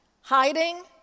hiding